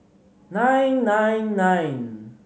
nine nine nine